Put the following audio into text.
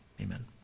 Amen